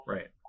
Right